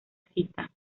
cita